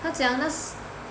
他讲那时